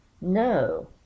no